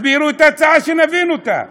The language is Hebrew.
תסבירו את ההצעה שנבין אותה.